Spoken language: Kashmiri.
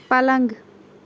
پَلنٛگ